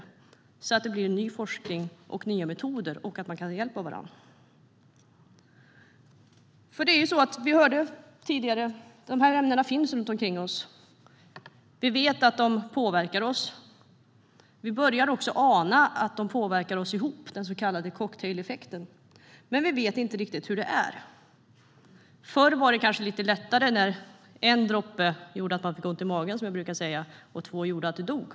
Det handlar om att det ska bli ny forskning och nya metoder samt att man ska kunna ta hjälp av varandra. Vi hörde tidigare att de här ämnena finns runt omkring oss. Vi vet att de påverkar oss, och vi börjar även ana att de påverkar oss ihop genom den så kallade cocktaileffekten. Men vi vet inte riktigt hur det är. Förr var det kanske lite lättare - en droppe gift gjorde att man fick ont i magen, som jag brukar säga, och två droppar gjorde att man dog.